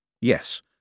Yes